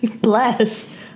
Bless